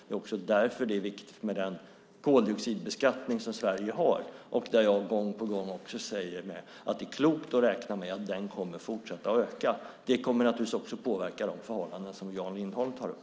Det är därför det är viktigt med den koldioxidbeskattning Sverige har, och jag säger mig gång på gång att det är klokt att räkna med att den kommer att fortsätta öka. Det kommer naturligtvis också att påverka de förhållanden som Jan Lindholm tar upp.